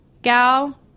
Gal